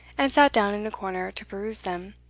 and sat down in a corner to peruse them.